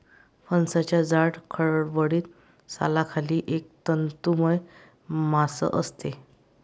फणसाच्या जाड, खडबडीत सालाखाली एक तंतुमय मांस असते